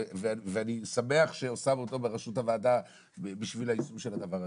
ואני שמח ששמו אותו בראשות הוועדה בשביל האיזון של הדבר הזה.